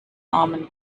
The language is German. armen